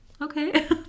okay